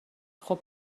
خوبه